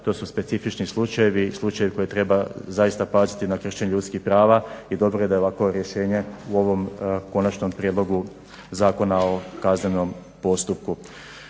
To su specifični slučajevi, slučajevi koje treba zaista paziti na kršenje ljudskih prava i dobro je da je ovako rješenje u ovom konačnom prijedlogu Zakona o kaznenom postupku.